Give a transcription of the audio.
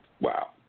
Wow